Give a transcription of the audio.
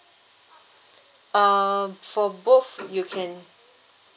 uh for both you can